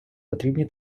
потрібні